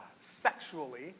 sexually